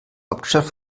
hauptstadt